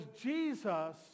Jesus